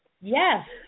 Yes